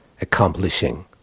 accomplishing